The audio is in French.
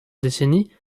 décennies